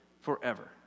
forever